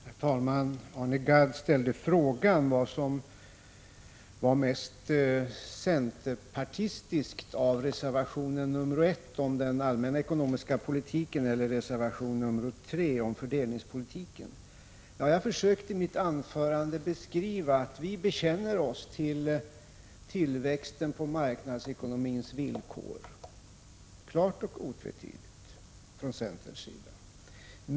Herr talman! Arne Gadd ställde frågan vad som var mest centerpartistiskt, reservation nr I om den allmänna ekonomiska politiken eller reservation nr 3 om fördelningspolitiken. Jag försökte i mitt anförande framhålla att vi inom centern klart och otvetydigt bekänner oss till tillväxten på marknadsekonomins villkor.